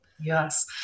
Yes